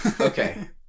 Okay